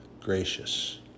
gracious